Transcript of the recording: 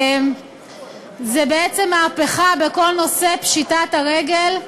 זו בעצם מהפכה בכל נושא פשיטת הרגל.